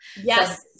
Yes